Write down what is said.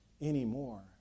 anymore